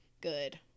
good